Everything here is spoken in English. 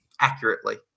accurately